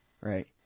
right